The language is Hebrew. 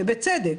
ובצדק.